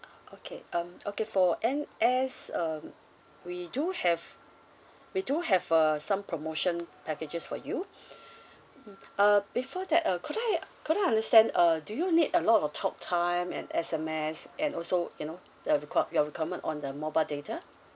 uh okay um okay for N_S um we do have we do have uh some promotion packages for you mm uh before that uh could I could I understand uh do you need a lot of talk time and S_M_S and also you know the require your requirement on the mobile data